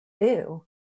ew